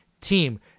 team